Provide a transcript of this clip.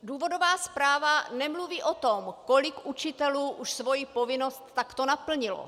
Důvodová zpráva nemluví o tom, kolik učitelů už svoji povinnost takto naplnilo.